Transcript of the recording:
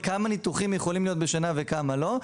וכמה ניתוחים יכולים להיות בשנה וכמה לא,